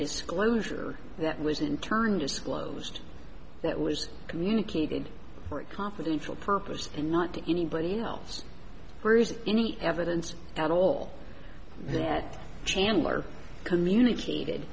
disclosure that was in turn disclosed that was communicated confidential purposes and not to anybody else there is any evidence at all that chandler communicated